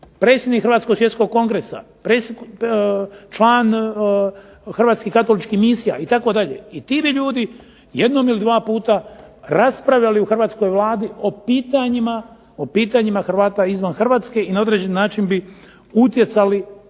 predsjednik Hrvatskog svjetskog kongresa, član Hrvatskih katoličkih misija itd. I ti bi ljudi jednom ili dva puta raspravljali u hrvatskoj Vladi o pitanjima Hrvata izvan Hrvatske i na određen način bi utjecali gotovo